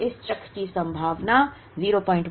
इस चक्र में 50 की एक सूची होगी